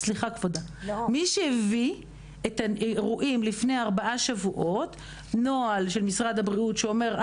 רואים לפני ארבעה שבועות נוהל של משרד הבריאות שאומר,